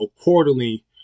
accordingly